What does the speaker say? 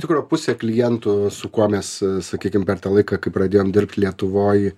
tikro pusė klientų su kuo mes sakykim per tą laiką kai pradėjom dirbti lietuvoj